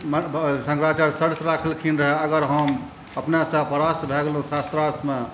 शंकराचार्य शर्त राखलखिन रहै अगर हम अपनेसँ परास्त भऽ गेलहुँ शास्त्रार्थमे